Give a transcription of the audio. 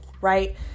right